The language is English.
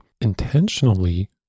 intentionally